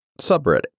subreddit